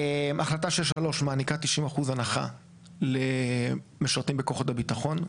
החלטה 63 מעניקה 90% הנחה למשרתים בכוחות הביטחון,